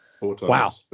wow